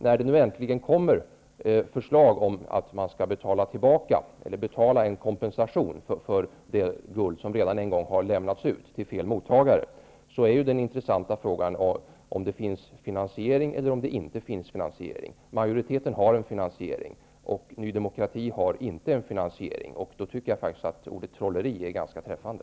När det nu äntligen kommer förslag om att man skall utge en kompensation för det guld som redan en gång har lämnats ut till fel mottagare, är den intressanta frågan om det finns finansiering eller inte. Majoriteten har en finansiering, och Ny demokrati har inte en finansiering. Då tycker jag faktiskt att ordet trolleri är ganska träffande.